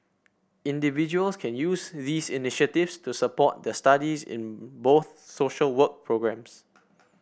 individuals can use these initiatives to support their studies in both social work programmes